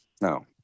No